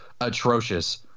atrocious